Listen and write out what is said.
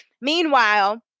Meanwhile